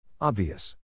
Obvious